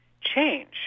change